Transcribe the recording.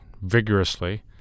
vigorously